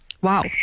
Wow